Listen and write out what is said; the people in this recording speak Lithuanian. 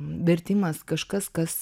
vertimas kažkas kas